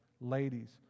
ladies